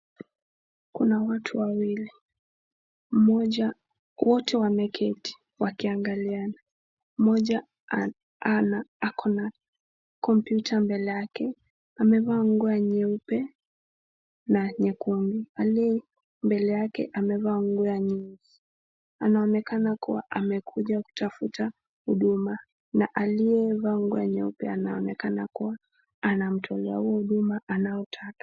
Kuna watu wawili, wote wameketi wakinagaliana, mmoja akonna kompyuta mbele yake, amevaa nguo nyeupe na nyekundu, aliye mbele yake amevaa nguo ya nyeusi, anaonekana kuwa amekuja kutafuta huduma, na aliyevaa nguo ya nyeupe anaonekana kuwa anamtolea huo huduma anaotaka.